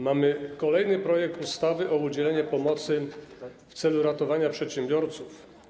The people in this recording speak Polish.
Mamy kolejny projekt ustawy o udzieleniu pomocy w celu ratowania przedsiębiorców.